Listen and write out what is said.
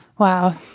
wow.